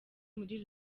muri